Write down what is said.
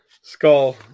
skull